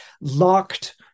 locked